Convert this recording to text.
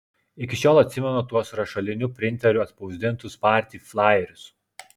iki šiol atsimenu tuos rašaliniu printeriu atspausdintus party flajerius